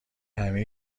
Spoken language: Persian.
همه